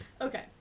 Okay